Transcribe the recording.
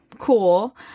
Cool